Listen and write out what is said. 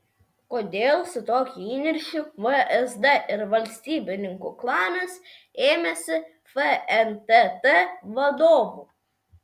kodėl su tokiu įniršiu vsd ir valstybininkų klanas ėmėsi fntt vadovų